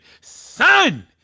son